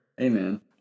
Amen